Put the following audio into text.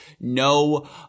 No